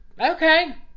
Okay